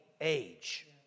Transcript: age